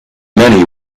many